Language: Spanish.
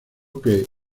que